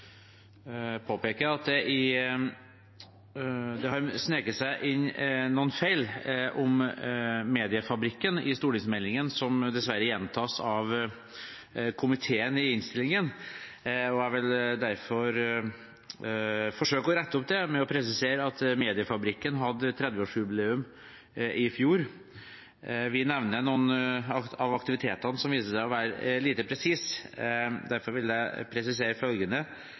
i stortingsmeldingen har sneket seg inn noen feil om Mediefabrikken som dessverre gjentas av komiteen i innstillingen. Jeg vil derfor forsøke å rette det opp ved å presisere at Mediefabrikken hadde 30-årsjubileum i fjor. Vi nevner noen av aktivitetene, som viser seg å være lite presist. Derfor vil jeg presisere følgende: